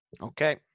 Okay